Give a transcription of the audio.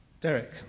Derek